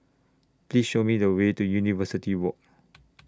Please Show Me The Way to University Walk